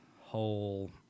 whole